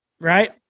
right